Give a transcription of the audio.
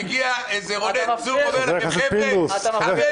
מגיע איזה רונן צור ואומר לכם: חבר'ה,